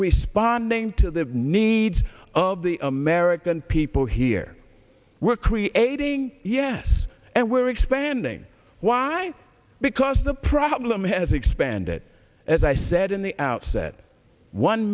responding to the needs of the american people here we're creating yes and we're expanding why because the problem has expanded as i said in the outset one